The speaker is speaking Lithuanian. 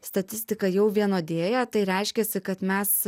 statistika jau vienodėja tai reiškiasi kad mes